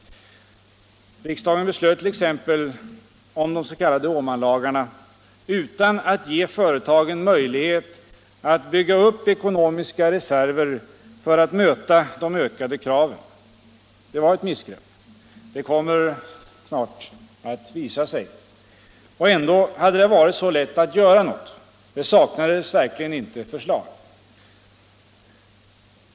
Riksdagen beslöt t.ex. om de s.k. Åmanlagarna utan att ge företagen möjlighet att bygga upp ekonomiska reserver för att möta de ökade kraven. Det var ett missgrepp - det kommer snart att visa sig. Och ändå hade det varit så lätt att göra något; det saknades verkligen inte förslag.